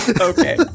Okay